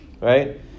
right